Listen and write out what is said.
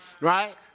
right